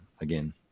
again